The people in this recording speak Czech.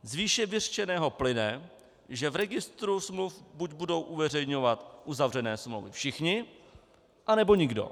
Z výše vyřčeného plyne, že v registru smluv buď budou uveřejňovat uzavřené smlouvy všichni, anebo nikdo.